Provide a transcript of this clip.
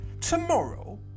Tomorrow